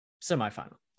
Semi-final